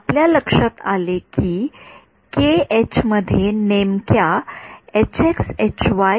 आपल्या लक्षात आले की के एच मध्ये नेमक्या टर्म्स आहेत